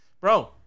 bro